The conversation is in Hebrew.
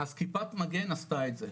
אז כיפת מגן עשתה את זה,